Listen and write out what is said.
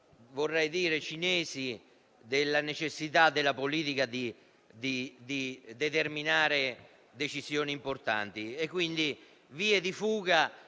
vorrei dire cinesi - della necessità della politica di assumere decisioni importanti e quindi vie di fuga